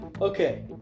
okay